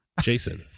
jason